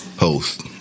Host